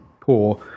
poor